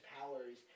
powers